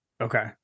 Okay